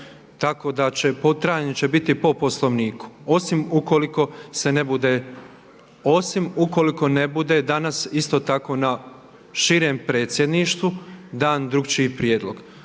tako da će trajanje će biti po Poslovniku osim ukoliko ne bude danas isto tako na širem Predsjedništvu dan drukčiji prijedlog.